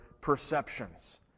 perceptions